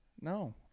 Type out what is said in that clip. no